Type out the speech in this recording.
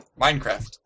Minecraft